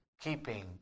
keeping